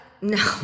no